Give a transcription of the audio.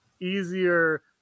easier